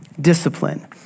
discipline